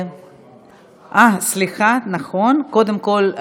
קודם כול,